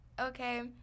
okay